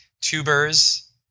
tubers